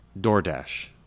DoorDash